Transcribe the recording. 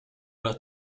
los